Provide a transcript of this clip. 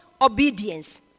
obedience